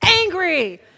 angry